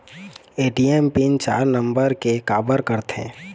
ATM PIN चार number के काबर करथे?